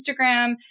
Instagram